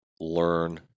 learn